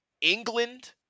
England